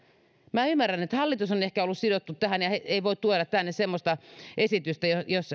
minä ymmärrän että hallitus on ehkä ollut sidottu tähän ja se ei voi tuoda tänne semmoista esitystä jos